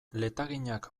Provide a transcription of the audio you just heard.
letaginak